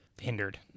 hindered